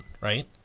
right